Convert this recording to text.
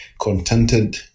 contented